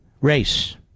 Race